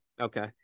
Okay